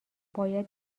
باید